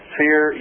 fear